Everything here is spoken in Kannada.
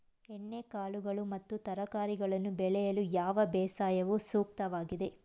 ಎಣ್ಣೆಕಾಳುಗಳು ಮತ್ತು ತರಕಾರಿಗಳನ್ನು ಬೆಳೆಯಲು ಯಾವ ಬೇಸಾಯವು ಸೂಕ್ತವಾಗಿದೆ?